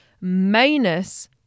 minus